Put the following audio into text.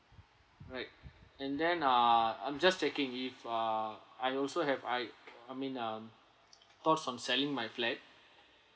right and then ah I'm just thinking if ah I also have I I mean um thoughts from selling my flat